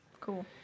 Cool